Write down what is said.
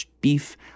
beef